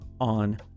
on